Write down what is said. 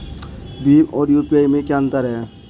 भीम और यू.पी.आई में क्या अंतर है?